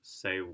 say